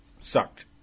sucked